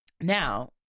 Now